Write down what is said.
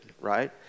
right